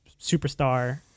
superstar